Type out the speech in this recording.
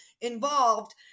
involved